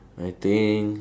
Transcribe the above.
I think